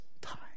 time